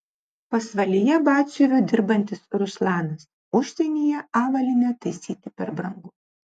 pasvalyje batsiuviu dirbantis ruslanas užsienyje avalynę taisyti per brangu